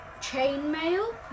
chainmail